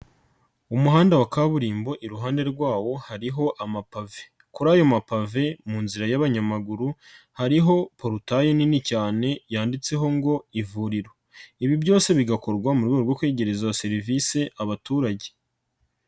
Umuhanda wa kaburimbo iruhande rwawo hariho amapave kuri ayo mapave mu nzira y'abanyamaguru hariho porutayi nini cyane yanditseho ngo ivuriro ibi byose bigakorwa mu rwego rwo kwegereza serivisi abaturage.